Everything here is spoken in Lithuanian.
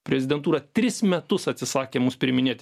prezidentūra tris metus atsisakė mus priiminėti